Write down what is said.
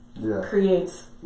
creates